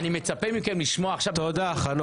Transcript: תודה.